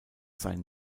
sein